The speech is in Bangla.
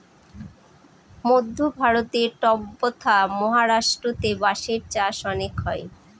মধ্য ভারতে ট্বতথা মহারাষ্ট্রেতে বাঁশের চাষ অনেক হয়